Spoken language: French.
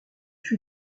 fûts